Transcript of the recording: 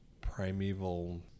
primeval